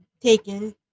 taken